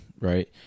right